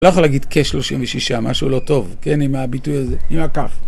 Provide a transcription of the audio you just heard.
לא יכול להגיד כ-36, משהו לא טוב, כן, עם הביטוי הזה, עם הכף.